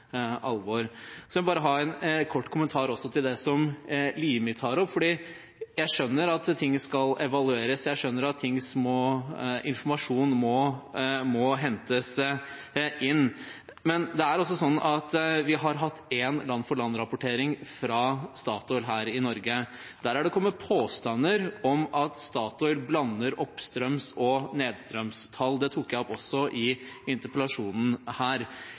alvor. Jeg vil også gi en kort kommentar til det Limi tar opp, for jeg skjønner at ting skal evalueres. Jeg skjønner at informasjon må hentes inn. Men det er også sånn at vi har hatt én land-for-land-rapportering, fra Statoil, her i Norge. Der har det kommet påstander om at Statoil blander oppstrøms- og nedstrømstall. Det tok jeg opp også i interpellasjonen her.